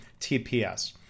tps